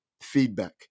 feedback